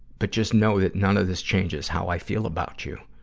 but just know that none of this changes how i feel about you.